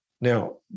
Now